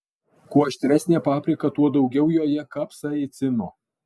kuo aštresnė paprika tuo daugiau joje kapsaicino